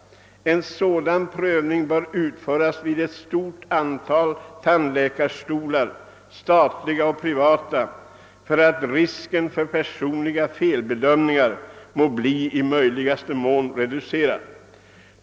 En sådan prövning bör utföras vid ett stor antal tandläkarstolar, statliga och privata, för att risken för personliga felbedömningar må bli i möjligaste mån reducerad.